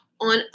on